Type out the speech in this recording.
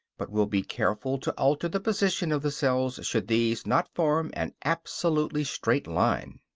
but will be careful to alter the position of the cells should these not form an absolutely straight line.